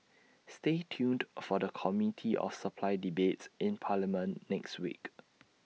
stay tuned for the committee of supply debates in parliament next week